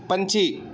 ਪੰਛੀ